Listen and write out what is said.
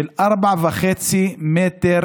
של 4.5 מ"ר,